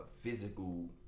physical